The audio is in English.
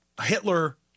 Hitler